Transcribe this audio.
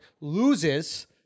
loses